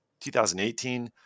2018